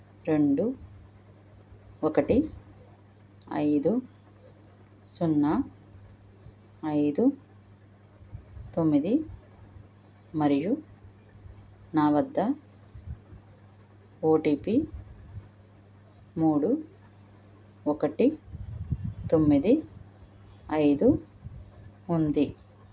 రెండు ఒకటి ఐదు సున్నా ఐదు తొమ్మిది మరియు నా వద్ద ఓటీపీ మూడు ఒకటి తొమ్మిది ఐదు ఉంది